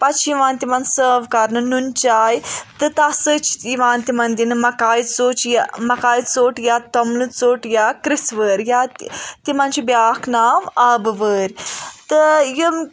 پَتہٕ چھُ یوان تِمن سٲو کَرنہٕ نُن چاے تہٕ تَتھ سۭتۍ چھِ یوان تِمن دِنہٕ مکاے ژوٚچ مکاے ژوٚٹ یا توٚملہٕ ژوٚٹ یا کِرژھوٲرۍ یا تِمن چھُ بیاکھ ناو آبہٕ وٲرۍ تہٕ یِم